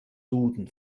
duden